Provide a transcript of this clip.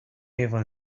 even